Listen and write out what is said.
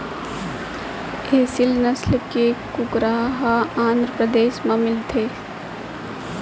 एसील नसल के कुकरा ह आंध्रपरदेस म मिलथे